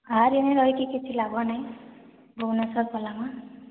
ଗାଁରେ ହିଁ ରହିକି କିଛି ଲାଭ ନାହିଁ ଭୁବନେଶ୍ୱର ପଲାମା